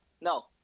No